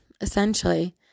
essentially